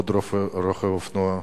עוד רוכב אופנוע נפצע,